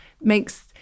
makes